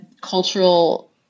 cultural